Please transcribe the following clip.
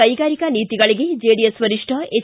ಕೈಗಾರಿಕಾ ನೀತಿಗಳಿಗೆ ಚೆಡಿಎಸ್ ವರಿಷ್ಣ ಎಚ್